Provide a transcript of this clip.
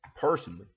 personally